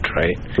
right